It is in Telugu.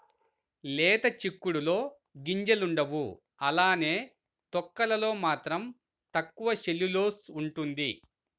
లేత చిక్కుడులో గింజలుండవు అలానే తొక్కలలో మాత్రం తక్కువ సెల్యులోస్ ఉంటుంది